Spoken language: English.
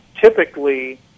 typically